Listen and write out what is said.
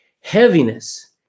Heaviness